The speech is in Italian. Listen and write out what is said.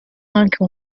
anche